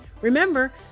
Remember